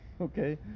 Okay